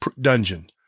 dungeon